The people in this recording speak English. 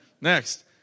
Next